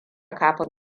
kafin